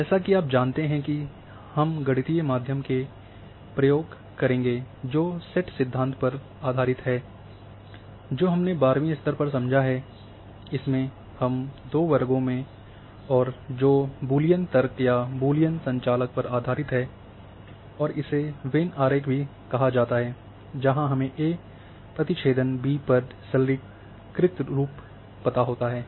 जैसा कि आप जानते हैं कि हम गणितीय माध्यम को प्रयोग करेंगे जो सेट सिद्धांत पर आधारित है जो हमने बारहवीं स्तर पर समझा है इसमें हम दो वर्गों में और जो बूलियन तर्क या बूलियन संचालक पर आधारित है और इसे वेन आरेख भी कहा जाता है जहां हमें ए प्रतिच्छेदन बी का सरलीकृत रूप पता होता है